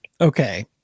Okay